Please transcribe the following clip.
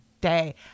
day